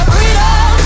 Freedom